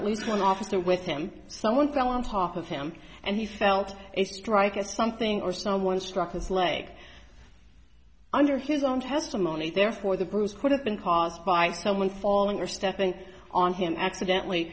at least one officer with him someone fell on top of him and he felt a strike a something or someone struck his leg under his own testimony therefore the bruise could have been caused by someone falling or stepping on him accidentally